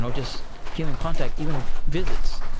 so just human contact, even visits.